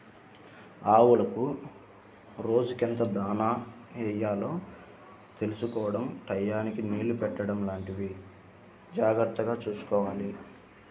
ఆవులకు రోజుకెంత దాణా యెయ్యాలో తెలుసుకోడం టైయ్యానికి నీళ్ళు పెట్టడం లాంటివి జాగర్తగా చూసుకోవాలి